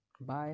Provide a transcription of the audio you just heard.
bye